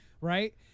right